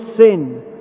sin